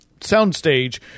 soundstage